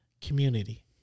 community